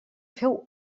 fer